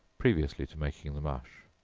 previously to making the mush,